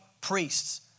priests